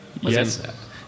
Yes